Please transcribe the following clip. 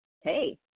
Hey